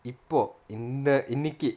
இப்போ இன்னைக்கு:ippo innaikku